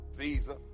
Visa